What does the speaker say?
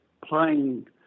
playing